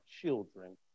children